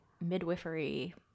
midwifery